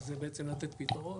זה בעצם לתת פתרון